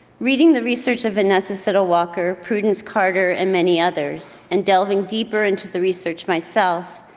reading the research of vanessa siddle walker, prudence carter and many others and delving deeper into the research myself,